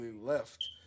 left